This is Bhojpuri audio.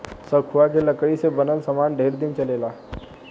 सखुआ के लकड़ी से बनल सामान ढेर दिन चलेला